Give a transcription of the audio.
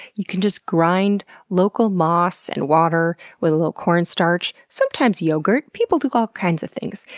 you can just grind local moss and water, with a little cornstarch, sometimes yogurt! people do all kinds of things.